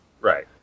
Right